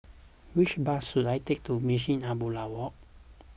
which bus should I take to Munshi Abdullah Walk